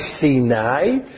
Sinai